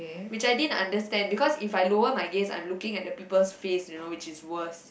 which I didn't understand because if I lower my gaze I'm looking at the peoples face you know which is worse